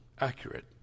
accurate